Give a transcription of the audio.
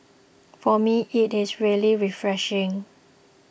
for me it is really refreshing